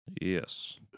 Yes